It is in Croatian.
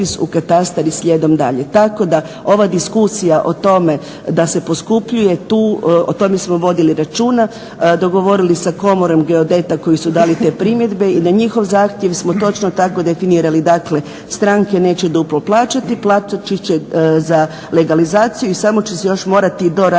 u katastar i slijedom dalje. Tako da ova diskusija o tome da se poskupljuje o tome smo vodili računa, dogovorili sa komorom geodeta koji su dali te primjedbe i na njihov zahtjev smo točno tako definirali. Dakle, stranke neće duplo plaćati, plaćati će za legalizaciju i samo će se još morati doraditi